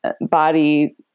body